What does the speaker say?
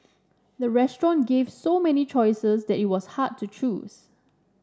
the restaurant gave so many choices that it was hard to choose